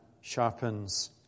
sharpens